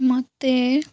ମୋତେ